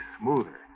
smoother